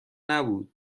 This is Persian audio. نبود